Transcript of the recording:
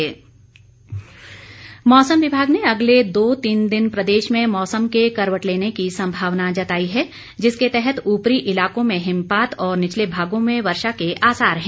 मौसम मौसम विभाग ने अगले दो तीन दिन प्रदेश में मौसम के करवट लेने की संभावना जताई है जिसके तहत उपरी इलाकों में हिमपात और निचले भागों में वर्षा के आसार हैं